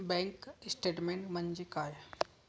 Bank statement म्हणजे काय?